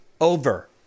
over